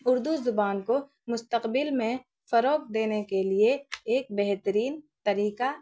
اردو زبان کو مستقبل میں فروغ دینے کے لیے ایک بہترین طریقہ